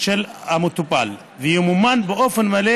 של המטופל וימומן באופן מלא,